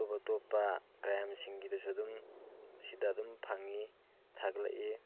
ꯑꯇꯣꯞ ꯑꯇꯣꯞꯄ ꯀ꯭ꯔꯥꯝ ꯁꯤꯡꯒꯤꯗꯁꯨ ꯑꯗꯨꯝ ꯁꯤꯗ ꯑꯗꯨꯝ ꯐꯪꯉꯤ ꯊꯥꯒꯠꯂꯛꯏ